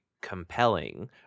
compelling